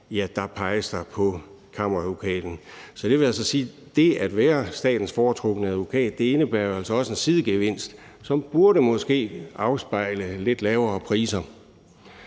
sager peges der på Kammeradvokaten. Det vil altså sige, at det at være statens foretrukne advokat altså også indebærer en sidegevinst, hvilket måske burde afspejles i lidt lavere priser.